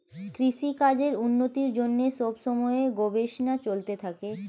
কৃষিকাজের উন্নতির জন্যে সব সময়ে গবেষণা চলতে থাকে